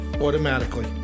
automatically